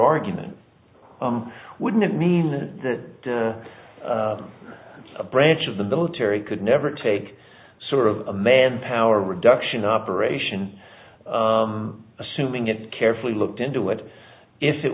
argument wouldn't it mean that a branch of the military could never take sort of a manpower reduction operation assuming it carefully looked into it if it